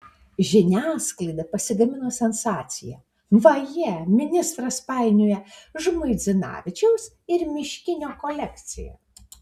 žiniasklaida pasigamino sensaciją vaje ministras painioja žmuidzinavičiaus ir miškinio kolekciją